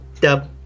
dub